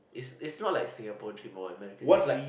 is is not like Singapore dream of America is like